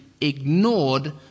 ignored